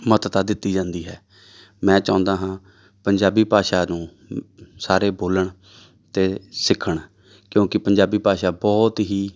ਮਹੱਤਤਾ ਦਿੱਤੀ ਜਾਂਦੀ ਹੈ ਮੈਂ ਚਾਹੁੰਦਾ ਹਾਂ ਪੰਜਾਬੀ ਭਾਸ਼ਾ ਨੂੰ ਸਾਰੇ ਬੋਲਣ ਅਤੇ ਸਿੱਖਣ ਕਿਉਂਕਿ ਪੰਜਾਬੀ ਭਾਸ਼ਾ ਬਹੁਤ ਹੀ